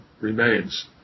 remains